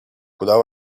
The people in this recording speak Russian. куда